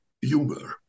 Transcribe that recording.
humor